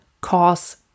cause